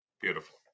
Beautiful